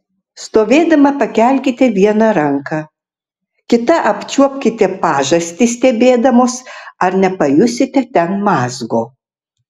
stovėdama pakelkite vieną ranką kita apčiuopkite pažastį stebėdamos ar nepajusite ten mazgo